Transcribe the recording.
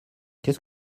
qu’est